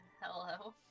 Hello